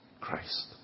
Christ